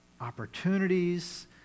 opportunities